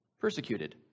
persecuted